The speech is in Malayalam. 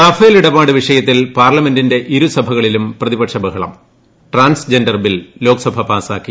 റഫേൽ ഇടപാട് വിഷയത്തിൽ പാർലമെന്റിന്റെ ഇരുസഭകളിലും പ്രതിപക്ഷ ബഹളം ട്രാൻസ് ജെൻഡർ ബിൽ ലോക്സഭ പാസ്സാക്കി